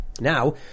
Now